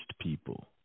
people